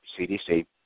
CDC